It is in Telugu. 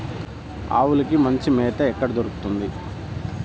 ఆవులకి మంచి మేత ఎక్కడ దొరుకుతుంది?